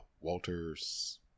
Walters